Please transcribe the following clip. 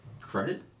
credit